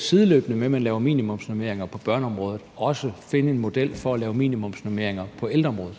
sideløbende med at man laver minimumsnormeringer på børneområdet, også burde finde en model for at lave minimumsnormeringer på ældreområdet?